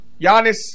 Giannis